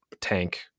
tank